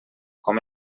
com